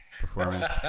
performance